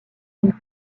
une